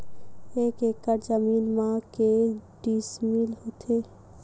एक एकड़ जमीन मा के डिसमिल होथे?